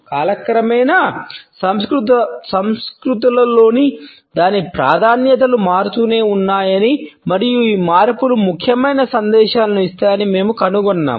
కాలక్రమేణా సంస్కృతులలోని దాని ప్రాధాన్యతలు మారుతూనే ఉన్నాయని మరియు ఈ మార్పులు ముఖ్యమైన సందేశాలను ఇస్తాయని మేము కనుగొన్నాము